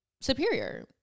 superior